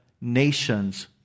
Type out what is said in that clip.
nations